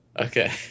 Okay